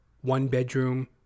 one-bedroom